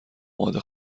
آماده